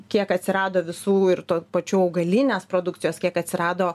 kiek atsirado visų ir tuo pačių augalinės produkcijos kiek atsirado